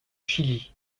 chili